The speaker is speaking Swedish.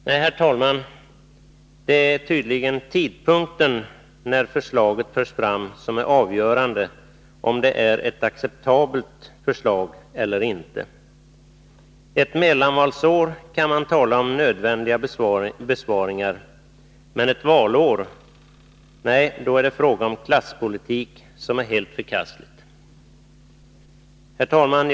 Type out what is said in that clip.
Nej, herr talman, det är tydligen tidpunkten när förslaget förs fram som är avgörande för om det är ett acceptabelt förslag eller inte. Ett mellanvalsår kan man tala om nödvändiga besparingar, men under ett valår — nej. Då är det fråga om en klasspolitik som är helt förkastlig. Herr talman!